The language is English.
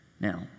Now